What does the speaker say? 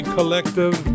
Collective